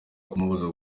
kumubuza